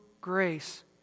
grace